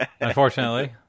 unfortunately